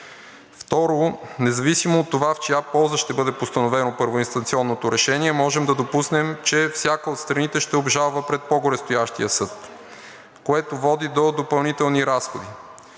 Второ, независимо от това в чия полза ще бъде постановено първоинстанционното решение, може да допуснем, че всяка от страните ще обжалва пред по-горестоящия съд, което води до допълнителни разходи.